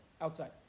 outside